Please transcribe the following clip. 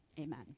amen